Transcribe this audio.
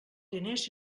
diners